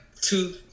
two